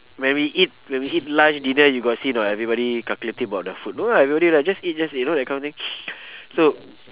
when we eat when we eat lunch dinner you got see not everybody calculative about their food no lah we only like just eat just eat you know that kind of thing so